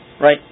right